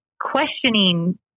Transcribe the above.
questioning